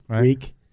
week